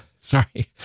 Sorry